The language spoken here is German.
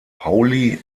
pauli